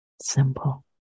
Simple